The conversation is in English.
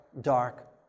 dark